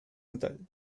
natal